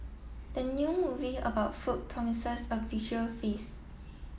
the new movie about food promises a visual feast